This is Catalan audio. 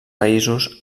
països